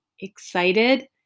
excited